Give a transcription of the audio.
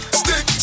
stick